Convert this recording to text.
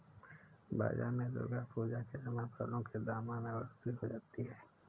बाजार में दुर्गा पूजा के समय फलों के दामों में बढ़ोतरी हो जाती है